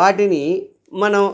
వాటిని మనం